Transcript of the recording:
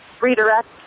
redirect